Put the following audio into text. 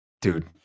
Dude